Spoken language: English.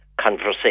conversation